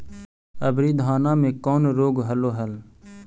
अबरि धाना मे कौन रोग हलो हल?